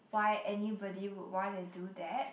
why anybody would wanna do that